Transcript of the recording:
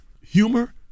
humor